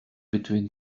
between